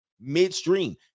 midstream